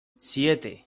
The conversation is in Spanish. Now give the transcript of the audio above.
siete